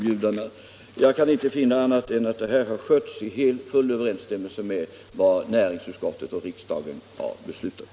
Jag kan inte finna annat än att detta har skötts i full överensstämmelse med vad näringsutskottet och riksdagen har beslutat.